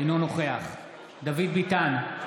אינו נוכח דוד ביטן,